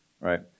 Right